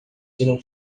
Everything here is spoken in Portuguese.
tiram